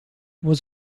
was